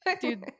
Dude